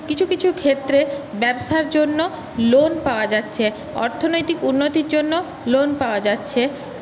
কিছু কিছু ক্ষেত্রে ব্যবসার জন্য লোন পাওয়া যাচ্ছে অর্থনৈতিক উন্নতির জন্য লোন পাওয়া যাচ্ছে